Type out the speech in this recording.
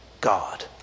God